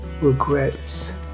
regrets